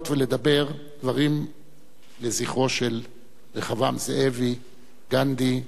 ולדבר דברים לזכרו של רחבעם זאבי גנדי,